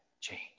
change